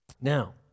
Now